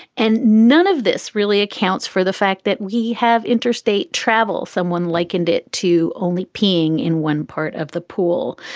and none of this really accounts for the fact that we have interstate travel. someone likened it to only peeing in one part of the pool.